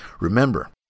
Remember